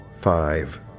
five